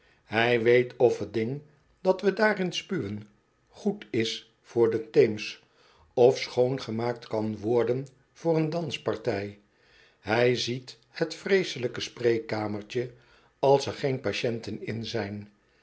hij weet of t ding dat we daarin spuwen goed is voor den teems of schoongemaakt kan worden voor een danspartij hij ziet het vreeselijke spreekkamertje als er geen patienten in zijn